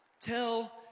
Tell